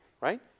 right